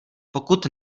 pokud